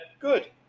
Good